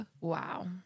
Wow